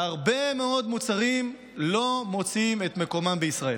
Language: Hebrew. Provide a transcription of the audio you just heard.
והרבה מאוד מוצרים לא מוצאים את מקומם בישראל.